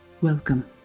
Welcome